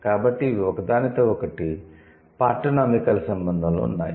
కాబట్టి ఇవి ఒకదానితో ఒకటి పార్టోనమికల్ సంబంధంలో ఉన్నాయి